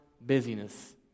busyness